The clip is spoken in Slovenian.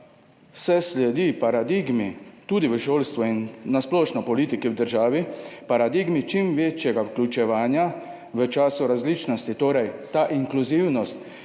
se sledi paradigmi – tudi v šolstvu in na splošno v politiki v državi – čim večjega vključevanja v času različnosti. Torej, to inkluzivnost,